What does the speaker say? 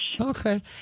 Okay